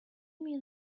mean